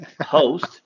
host